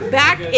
back